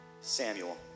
Samuel